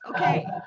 okay